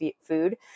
food